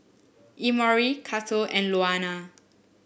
Emory Cato and Luana